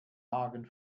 hagen